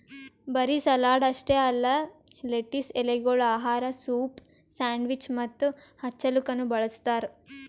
ಬರೀ ಸಲಾಡ್ ಅಷ್ಟೆ ಅಲ್ಲಾ ಲೆಟಿಸ್ ಎಲೆಗೊಳ್ ಆಹಾರ, ಸೂಪ್, ಸ್ಯಾಂಡ್ವಿಚ್ ಮತ್ತ ಹಚ್ಚಲುಕನು ಬಳ್ಸತಾರ್